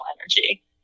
energy